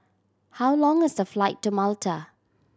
how long is the flight to Malta